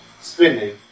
spinning